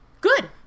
good